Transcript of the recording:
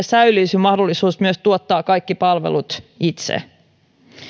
säilyisi mahdollisuus myös tuottaa kaikki palvelut itse